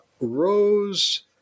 Rose